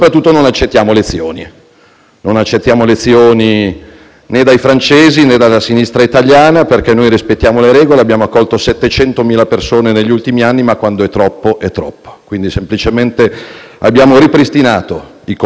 non accettiamo lezioni, né dai francesi, né dalla sinistra italiana perché rispettiamo le regole. Abbiamo accolto 700.000 persone negli ultimi anni, ma quando è troppo è troppo. Abbiamo semplicemente ripristinato i controlli alle frontiere,